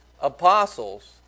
apostles